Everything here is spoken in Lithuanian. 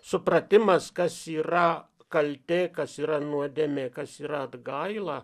supratimas kas yra kaltė kas yra nuodėmė kas yra atgaila